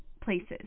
places